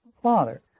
Father